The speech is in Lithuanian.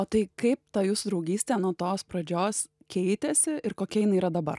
o tai kaip ta jūsų draugystė nuo tos pradžios keitėsi ir kokia jinai yra dabar